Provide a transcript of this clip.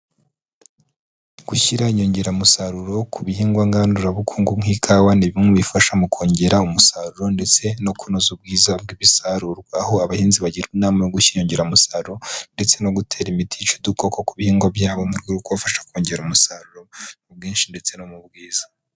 Gushyira inyongeramusaruro ku bihingwa ngandurabukungu nk'ikawa ni bimwe mu bifasha mu kongera umusaruro ndetse no kunoza ubwiza bw'ibisarurwa. Aho abahinzi bagirwa inama yo gushyira inyongeramusaruro ndetse no gutera imiti yica udukoko ku bihingwa byabo mu rwego rwo kubafasha kongera umusaruro mu bwinshi ndetse no mu bwiza.